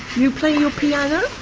you play your piano,